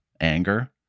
anger